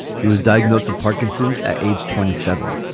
he was diagnosed with parkinson's at age twenty seven,